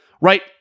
right